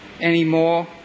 anymore